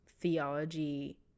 theology